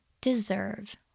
deserve